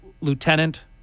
Lieutenant